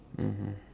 mmhmm